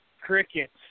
crickets